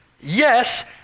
yes